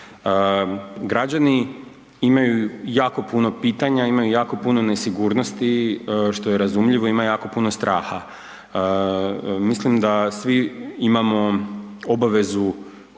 Građani imaju jako puno pitanja, imaju jako puno nesigurnosti, što je razumljivo, ima jako puno straha. Mislim da svi imamo obavezu